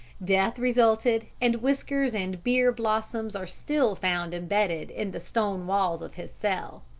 death resulted, and whiskers and beer-blossoms are still found embedded in the stone walls of his cell.